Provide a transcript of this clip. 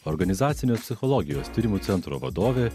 organizacinės psichologijos tyrimų centro vadovė